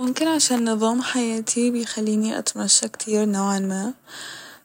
ممكن علشان نظام حياتي بيخليني أتمشى كتير نوعا ما